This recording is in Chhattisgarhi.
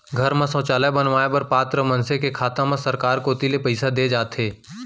घर म सौचालय बनवाए बर पात्र मनसे के खाता म सरकार कोती ले पइसा दे जाथे